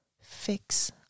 fix